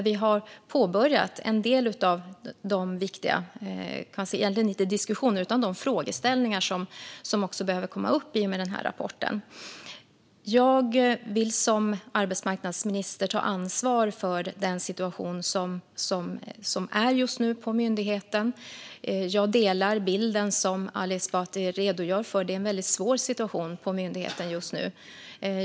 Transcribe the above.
Vi har påbörjat en del av de frågeställningar - egentligen inte diskussioner - som behöver komma upp i och med denna rapport. Jag vill som arbetsmarknadsminister ta ansvar för den situation som just nu råder på myndigheten. Jag håller med om den bild som Ali Esbati redogjorde för; det är en väldigt svår situation på myndigheten just nu.